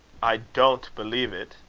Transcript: i don't believe it.